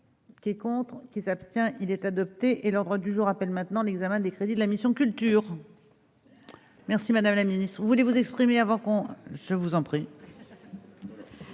qui est contre qui s'abstient, il est adopté et l'ordre du jour appelle maintenant l'examen des crédits de la mission culture. Merci madame la ministre, vous voulez vous exprimer avant qu'on je vous en prie.